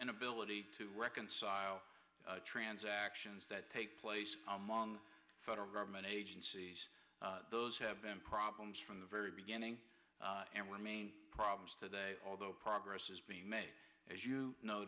inability to reconcile transactions that take place among federal government agencies those have been problems from the very beginning and were main problems today although progress is being made as you no